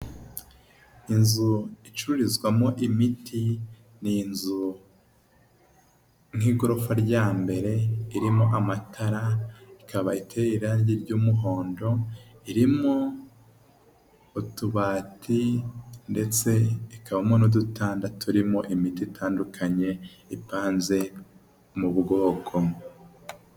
Inzu icururizwamo imiti, ni inzu nk'igorofa rya mbere ririmo amatara, ikaba iteye irangi ry'umuhondo, irimo utubati ndetse ikabamo n'udutanda turimo imiti itandukanye, ipanze mu bwoko.